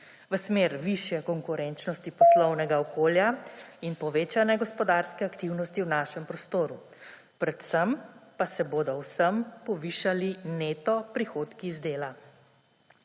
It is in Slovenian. v smer višje konkurenčnosti poslovnega okolja in povečane gospodarske aktivnosti v našem prostoru, predvsem pa se bodo vsem povišali neto prihodki iz dela.